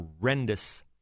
horrendous